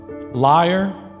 liar